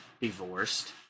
divorced